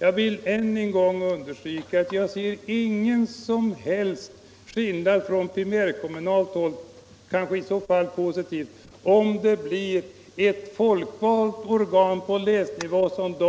Jag vill än en gång understryka att jag inte ser någon som helst skillnad ur primärkommunal synpunkt — det skulle i så fall vara en positiv skillnad — om det blir ett folkvalt organ på länsnivå eller